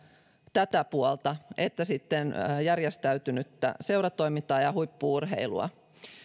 tätä puolta että sitten järjestäytynyttä seuratoimintaa ja huippu urheilua